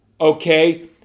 okay